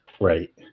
Right